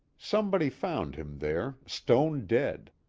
somebody found him there, stone-dead.